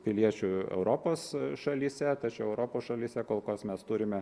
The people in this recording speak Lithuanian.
piliečių europos šalyse tačiau europos šalyse kol kas mes turime